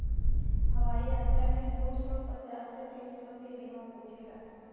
हवाई यात्रा में दू सौ पचास से तीन सौ के बीमा पूछेला